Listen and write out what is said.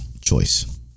choice